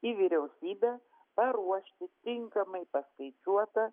į vyriausybę paruošti tinkamai paskaičiuotą